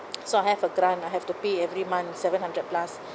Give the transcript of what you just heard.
so I have a grant I have to pay every month seven hundred plus